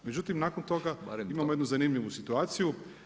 Međutim, nakon toga imamo jednu zanimljivu situaciju.